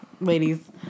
ladies